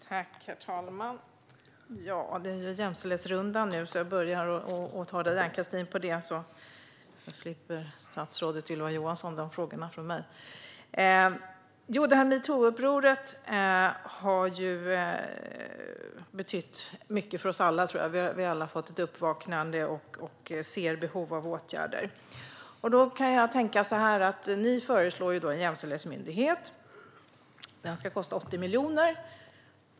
Herr talman! Det är jämställdhetsrundan nu, och jag tar de frågorna med Ann-Christin Ahlberg, så slipper statsrådet Ylva Johansson de frågorna från mig. Metoo-upproret har betytt mycket för oss alla. Vi har alla fått ett uppvaknande och ser behov av åtgärder. Ni föreslår att en jämställdhetsmyndighet ska inrättas. Den ska kosta 80 miljoner.